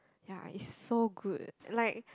ya is so good like